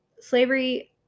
slavery